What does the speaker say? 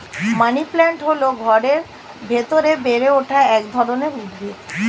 money plant হল ঘরের ভেতরে বেড়ে ওঠা এক ধরনের উদ্ভিদ